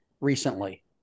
recently